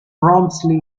promptly